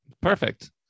perfect